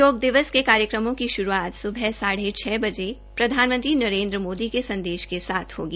योग दिवस के कार्यक्रमों की शुरूआत सुबह छ बजे प्रधानमंत्री नरेन्द्र मोदी के संदेश के साथ होगी